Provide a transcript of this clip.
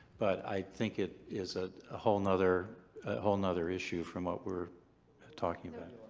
but i think it is a whole another whole another issue from what we're talking about.